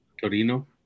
Torino